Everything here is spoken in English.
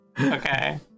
Okay